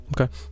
Okay